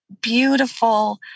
beautiful